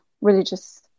religious